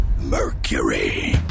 Mercury